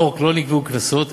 בחוק לא נקבעו קנסות,